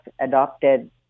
adopted